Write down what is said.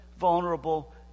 vulnerable